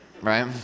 right